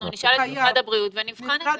אנחנו נשאל את משרד הבריאות ונבחן את זה.